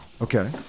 Okay